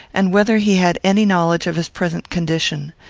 and whether he had any knowledge of his present condition.